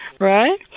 Right